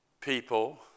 people